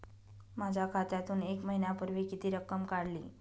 माझ्या खात्यातून एक महिन्यापूर्वी किती रक्कम काढली?